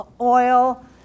oil